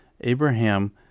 Abraham